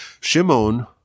Shimon